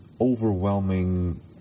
overwhelming